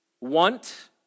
Want